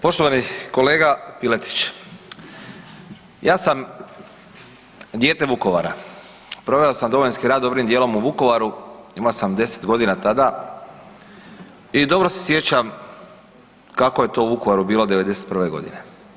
Poštovani kolega Piletić ja sam dijete Vukovara, proveo sam Domovinski rat dobrim dijelom u Vukovaru, imao sam 10 godina tada i dobro se sjećam kako je to u Vukovaru bilo '91. godine.